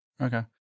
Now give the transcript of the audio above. Okay